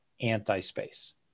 anti-space